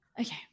Okay